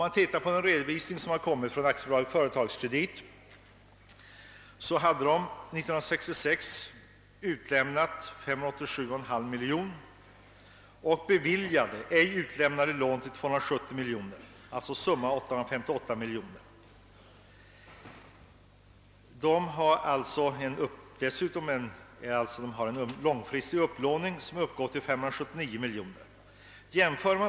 Enligt en redovisning av AB Industrikredit uppgick utlämnade lån 1966 till 587,5 miljoner kronor och beviljade men ej utlämnade lån till 270 miljoner kronor, alltså i runt tal summa 858 miljoner kronor. Den långfristiga upplåningen uppgick till 579 miljoner kronor.